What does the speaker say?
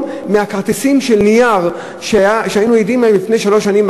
מאשר עם כרטיסי הנייר שהיינו עדים להם לפני שלוש שנים,